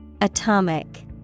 ATOMIC